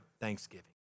Thanksgiving